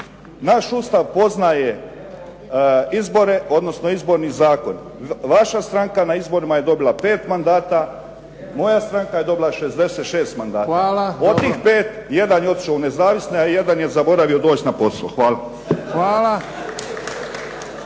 Naš Ustav poznaje izbore odnosno Izborni zakon. Vaša stranka na izborima je dobila 5 mandata, moja stranka je dobila 66 mandata. Od tih 5 jedan je otišao u nezavisne a jedan je zaboravio doći na posao. Hvala.